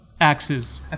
axes